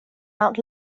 mount